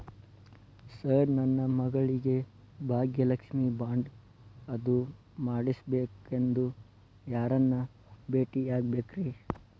Sir ನನ್ನ ಮಗಳಿಗೆ Bhagyalakshmi bond ಅದು ಮಾಡಿಸಬೇಕೆಂದು ಯಾರನ್ನ ಭೇಟಿಯಾಗಬೇಕ್ರಿ?